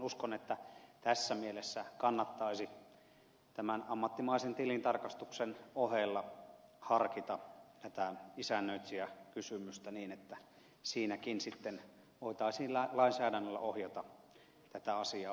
uskon että tässä mielessä kannattaisi tämän ammattimaisen tilintarkastuksen ohella harkita tätä isännöitsijäkysymystä niin että siinäkin sitten voitaisiin lainsäädännöllä ohjata tätä asiaa oikeaan suuntaan